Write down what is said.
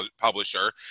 publisher